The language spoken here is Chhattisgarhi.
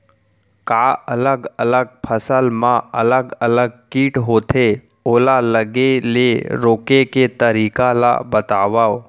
का अलग अलग फसल मा अलग अलग किट होथे, ओला लगे ले रोके के तरीका ला बतावव?